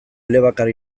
elebakar